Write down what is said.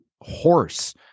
horse